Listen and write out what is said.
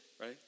right